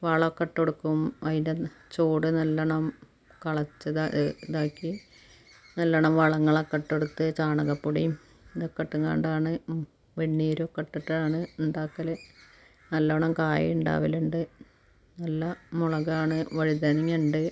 വളമൊക്കെ ഇട്ടൊടുക്കും അതിൻ്റെ ചോട് നല്ലോണം കിളച്ച് ഇത് ഇതാക്കി നല്ലോണം വളങ്ങളൊക്കെ ഇട്ടു കൊടുത്ത് ചാണകപ്പൊടിയും ഇതൊക്കെ ഇട്ടും കൊണ്ടാണ് വെണ്ണീരൊക്കെ ഇട്ടിട്ടാണ് ഉണ്ടാക്കൽ നല്ലോണം കായ ഉണ്ടാവലിണ്ട് നല്ല മുളകാണ് വഴുതനങ്ങ ഉണ്ട്